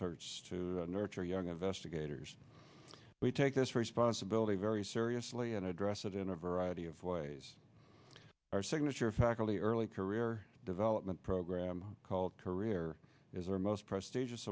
search to nurture young investigators we take this responsibility very seriously and address it in a variety of ways our signature faculty early career development program called career is our most prestigious